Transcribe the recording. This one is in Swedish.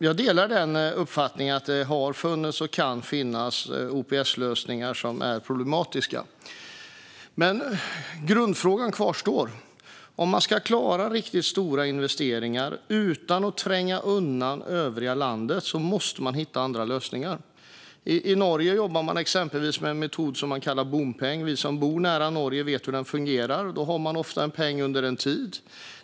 Fru talman! Jag delar uppfattningen att det har funnits och kan finnas OPS-lösningar som är problematiska. Men grundfrågan kvarstår. Om man ska klara riktigt stora investeringar utan att tränga undan det övriga landet måste man hitta andra lösningar. I Norge jobbar man exempelvis med en metod som kallas bompeng. Vi som bor nära Norge vet hur den fungerar. Man har ofta en peng under en tid.